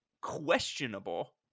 questionable